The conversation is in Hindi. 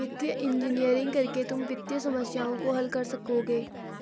वित्तीय इंजीनियरिंग करके तुम वित्तीय समस्याओं को हल कर सकोगे